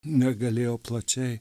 negalėjo plačiai